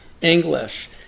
English